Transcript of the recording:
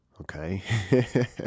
okay